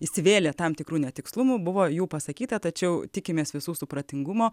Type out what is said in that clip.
įsivėlė tam tikrų netikslumų buvo jų pasakyta tačiau tikimės visų supratingumo